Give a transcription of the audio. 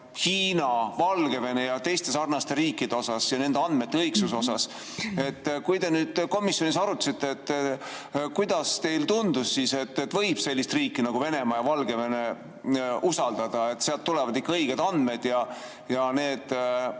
Hiina, Valgevene ja teiste sarnaste riikide ja nende andmete õigsuse kohta. Kui te nüüd komisjonis arutasite, siis kuidas teile tundus, kas võib selliseid riike nagu Venemaa ja Valgevene usaldada, kas sealt tulevad ikka õiged andmed ja kas